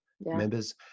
members